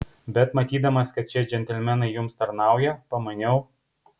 bet matydamas kad šie džentelmenai jums tarnauja pamaniau